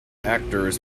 actors